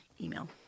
email